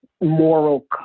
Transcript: moral